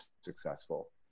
successful